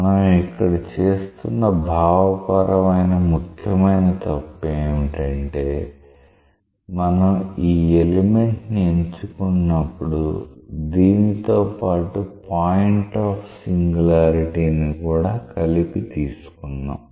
మనం ఇక్కడ చేస్తున్న భావపరమైన ముఖ్యమైన తప్పు ఏంటంటే మనం ఈ ఎలిమెంట్ ని ఎంచుకున్నప్పుడు దీనితో పాటు పాయింట్ ఆఫ్ సింగులారిటీ ని కూడా కలిపి తీసుకున్నాం